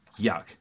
Yuck